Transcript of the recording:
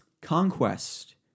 Conquest